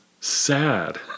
sad